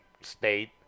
state